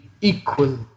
equal